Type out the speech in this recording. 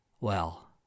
Well